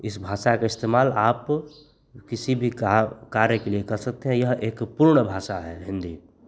इस भाषा का इस्तेमाल आप किसी भी का कार्य के लिए कर सकते हैं यह एक पूर्ण भाषा है हिन्दी